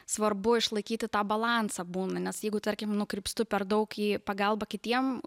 svarbu išlaikyti tą balansą būna nes jeigu tarkim nukrypstu per daug į pagalbą kitiem